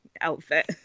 outfit